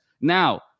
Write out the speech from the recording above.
now